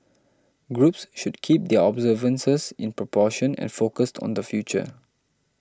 groups should keep their observances in proportion and focused on the future